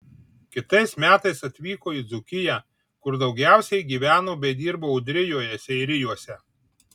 kitais metais atvyko į dzūkiją kur daugiausiai gyveno bei dirbo ūdrijoje seirijuose